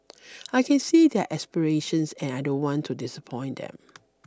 I can see their aspirations and I don't want to disappoint them